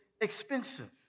expensive